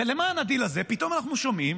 ולמען הדיל הזה פתאום אנחנו שומעים